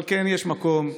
אבל כן יש מקום,